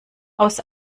aus